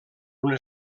una